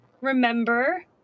remember